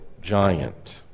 giant